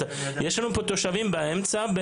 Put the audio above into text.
יש לנו פה תושבים באמצע,